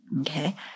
Okay